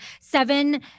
seven